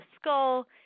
skull